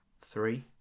three